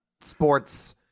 sports